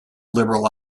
liberal